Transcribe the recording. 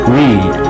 read